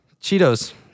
Cheetos